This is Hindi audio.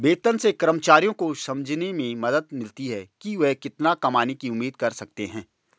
वेतन से कर्मचारियों को समझने में मदद मिलती है कि वे कितना कमाने की उम्मीद कर सकते हैं